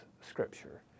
scripture